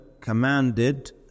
commanded